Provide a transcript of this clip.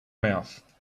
mouth